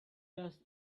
does